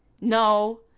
No